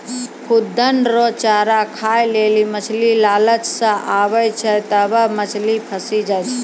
खुद्दन रो चारा खाय लेली मछली लालच से आबै छै तबै मछली फंसी जाय छै